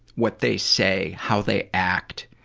what they say, how they act,